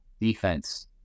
defense